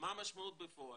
מה המשמעות בפועל?